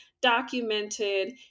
documented